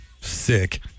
Sick